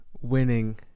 winning